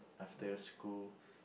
after school